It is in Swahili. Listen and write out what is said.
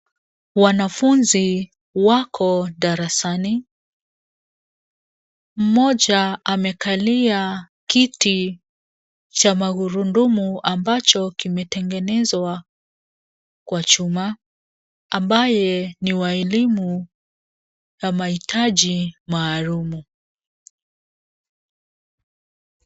Wanafunzi wako darasani. Mmoja amekalia kiti cha magurudumu ambacho kimetengenezwa kwa chuma ambaye ni wa elimu ya mahitaji maalum.